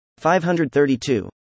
532